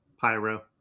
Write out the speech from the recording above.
Pyro